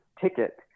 ticket